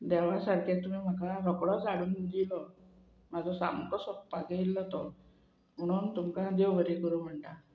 देवा सारके तुमी म्हाका रोकडो हाडून दिलो म्हाजो सामको सोदपाक येयल्लो तो म्हणून तुमकां देव बरें करूं म्हणटा